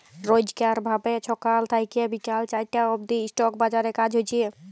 রইজকার ভাবে ছকাল থ্যাইকে বিকাল চারটা অব্দি ইস্টক বাজারে কাজ হছে